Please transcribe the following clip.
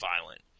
violent